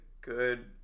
good